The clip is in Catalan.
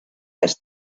les